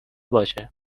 باشه